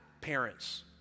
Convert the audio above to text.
parents